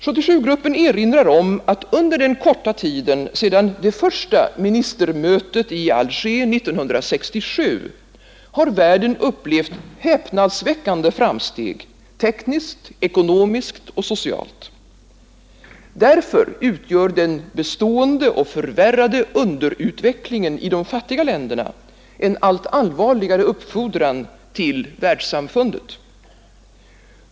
77-gruppen erinrar om att under den korta tiden sedan det första ministermötet i Alger 1967 har världen upplevt häpnadsväckande framsteg tekniskt, ekonomiskt och socialt. Därför utgör den bestående och förvärrade underutvecklingen i de fattiga länderna en allt allvarligare uppfordran till världssamfundet.